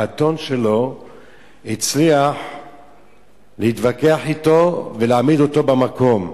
האתון שלו הצליח להתווכח אתו ולהעמיד אותו במקום.